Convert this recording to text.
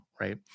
right